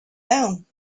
down